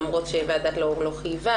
למרות שוועדת לאור לא חייבה.